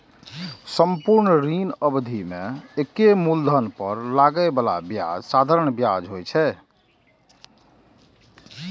संपूर्ण ऋण अवधि मे एके मूलधन पर लागै बला ब्याज साधारण ब्याज होइ छै